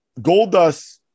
Goldust